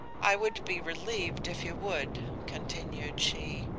i would be relieved if you would continued she.